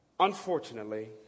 Unfortunately